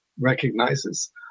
recognizes